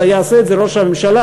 אלא יעשה את זה ראש הממשלה,